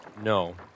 No